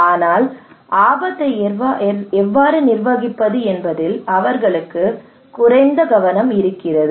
ஆனால் ஆபத்தை எவ்வாறு நிர்வகிப்பது என்பதில் அவர்களுக்கு குறைந்த கவனம் இருக்கிறது